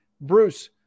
Bruce